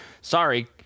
Sorry